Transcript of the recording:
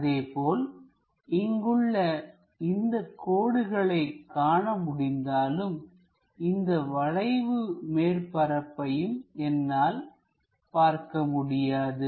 அதேபோல் இங்குள்ள இந்தக் கோடுகளைக் காண முடிந்தாலும் இந்த வளைவு மேற்பரப்பையும் என்னால் பார்க்க முடியாது